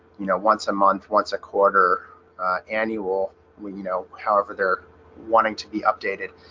you know once a month once a quarter annual we you know, however, they're wanting to be updated.